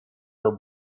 for